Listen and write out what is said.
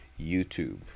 YouTube